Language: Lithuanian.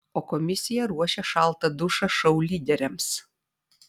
o komisija ruošia šaltą dušą šou lyderiams